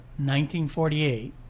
1948